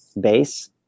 base